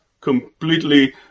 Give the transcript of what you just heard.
completely